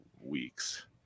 weeks